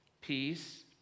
peace